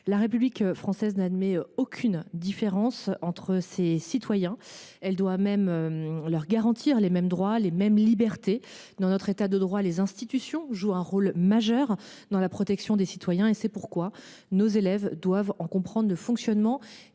La République française n’admet aucune différence entre ses citoyens. Elle doit leur garantir les mêmes droits et les mêmes libertés. Dans notre État de droit, les institutions jouent un rôle majeur dans la protection des citoyens. C’est pourquoi nos élèves doivent en comprendre le fonctionnement